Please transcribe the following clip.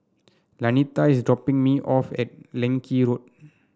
Lanita is dropping me off at Leng Kee Road